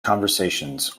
conversations